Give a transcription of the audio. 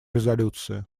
резолюции